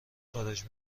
خارج